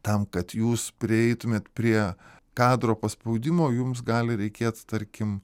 tam kad jūs prieitumėt prie kadro paspaudimo jums gali reikėt tarkim